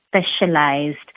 specialized